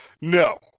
No